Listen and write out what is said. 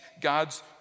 God's